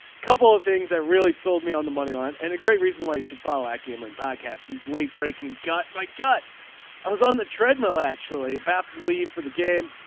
couple of things that really sold me on the money line and a great reason why you should follow our game and podcast these late breaking gut my gut. i was on the treadmill actually about to leave for the game.